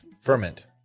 Ferment